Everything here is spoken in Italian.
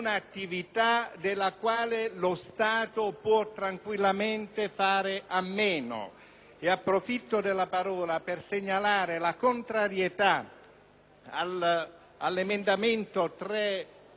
Approfitto della parola per segnalare la mia contrarietà all'emendamento 3.203, perché, mentre da una parte si vuole far sopravvivere